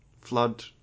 flood